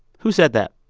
who said that?